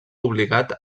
obligat